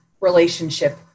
relationship